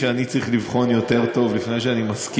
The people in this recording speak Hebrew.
אין ספק